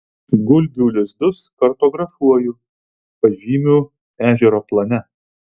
gulbių lizdus kartografuoju pažymiu ežero plane